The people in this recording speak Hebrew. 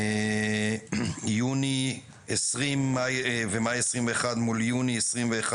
את יוני 2020 מאי 2021 מול יוני 2021